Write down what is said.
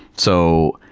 so,